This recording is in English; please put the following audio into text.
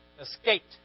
escaped